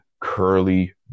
curly